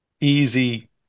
easy